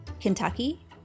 Kentucky